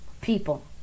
people